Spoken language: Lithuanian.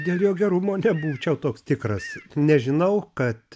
dėl jo gerumo nebūčiau toks tikras nes žinau kad